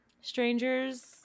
Strangers